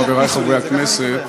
חברי חברי הכנסת,